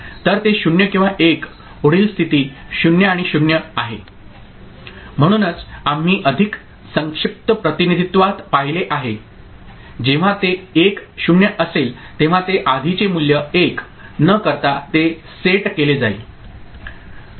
तर ते 0 किंवा 1 पुढील स्थिती 0 आणि 0 आहे म्हणूनच आम्ही अधिक संक्षिप्त प्रतिनिधित्वात पाहिले आहे जेव्हा ते 1 0 असेल तेव्हा ते आधीचे मूल्य 1 न करता ते सेट केले जाईल